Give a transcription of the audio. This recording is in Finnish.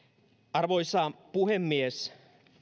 arvoisa puhemies